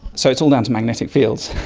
so it's all down to magnetic fields.